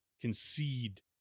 concede